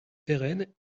pérenne